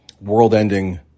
world-ending